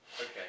Okay